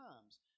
times